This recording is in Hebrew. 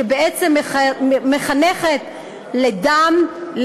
שבעצם מחנכת לדם,